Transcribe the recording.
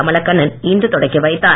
கமலக்கண்ணன் இன்று தொடக்கி வைத்தார்